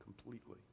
completely